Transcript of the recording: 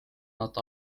nad